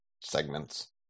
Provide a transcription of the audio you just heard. segments